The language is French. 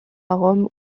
rome